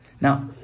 Now